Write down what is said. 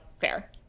fair